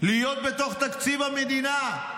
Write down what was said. להיות בתוך תקציב המדינה,